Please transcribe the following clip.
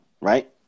right